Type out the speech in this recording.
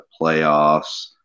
playoffs